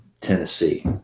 Tennessee